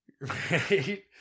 right